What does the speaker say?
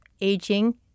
aging